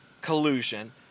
collusion